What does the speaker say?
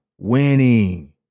Winning